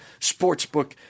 sportsbook